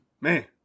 man